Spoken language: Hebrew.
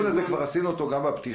כבר עשינו את הדיון הזה גם בפתיחה.